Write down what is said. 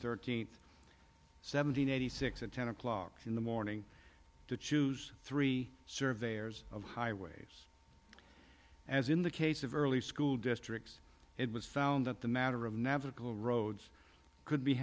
thirteenth seventeen eighty six at ten o'clock in the morning to choose three surveyors of highways as in the case of early school districts it was found that the matter of navigable roads could be